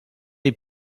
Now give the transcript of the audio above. est